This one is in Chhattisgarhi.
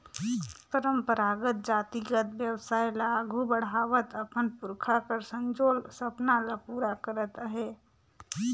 परंपरागत जातिगत बेवसाय ल आघु बढ़ावत अपन पुरखा कर संजोल सपना ल पूरा करत अहे